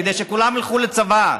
כדי שכולם ילכו לצבא.